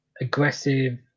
aggressive